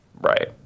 Right